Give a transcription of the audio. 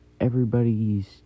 Everybody's